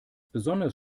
besonders